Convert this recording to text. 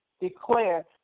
Declare